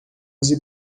use